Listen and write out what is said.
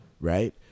Right